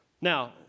Now